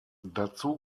dazu